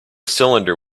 cylinder